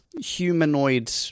humanoid